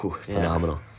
Phenomenal